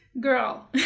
Girl